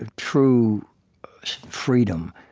ah true freedom,